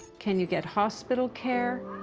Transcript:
can you get hospital care?